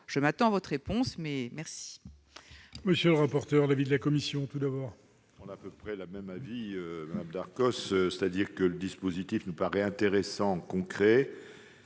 Je m'attends à votre réponse, monsieur